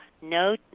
no